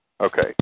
Okay